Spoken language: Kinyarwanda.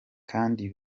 kandi